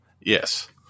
Yes